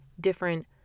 different